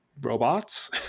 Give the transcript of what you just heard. robots